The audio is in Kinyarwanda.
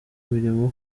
umuriro